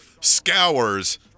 scours